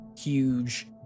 huge